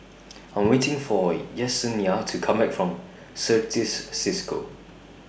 I'm waiting For Yessenia to Come Back from Certis CISCO